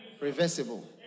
Reversible